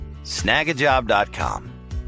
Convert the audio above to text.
snagajob.com